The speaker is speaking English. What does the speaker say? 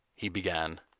he began.